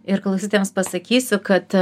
ir klausytojams pasakysiu kad